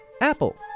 Apple